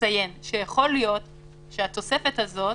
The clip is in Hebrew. לציין שיכול להיות שהתוספת הזאת